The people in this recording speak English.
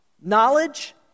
Knowledge